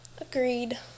agreed